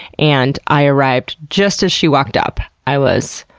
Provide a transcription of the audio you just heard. and i arrived just as she walked up. i was,